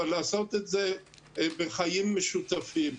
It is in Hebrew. אבל לעשות את זה בחיים משותפים,